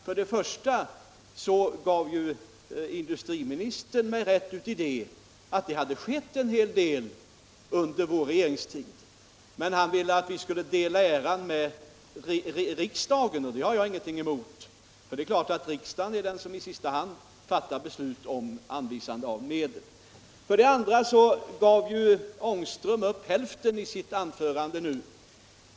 För det första gav industriministern mig rätt i att det skett en hel del under vår regeringstid. Men han ville att vi skulle dela äran med riksdagen, och det har jag ingenting emot. Det' är klart att det i sista hand är riksdagen som fattar beslut om anvisande av medel. | För det andra tog Rune Ångström i sitt anförande nu tillbaka hälften.